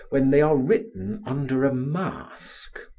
when they are written under a mask.